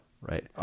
Right